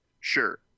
Sure